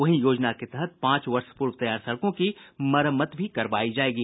वहीं योजना के तहत पांच वर्ष पूर्व तैयार सड़कों की मरम्मत भी करवाई जायेगी